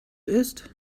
ist